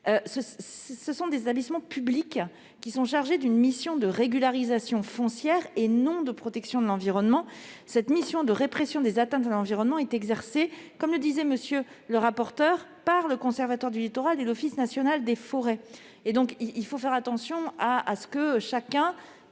sont des établissements publics chargés d'une mission de régularisation foncière et non de protection de l'environnement. La mission de répression des atteintes à l'environnement est exercée, comme l'a indiqué M. le rapporteur, par le Conservatoire du littoral et l'Office national des forêts. Il faut donc veiller à ce que chaque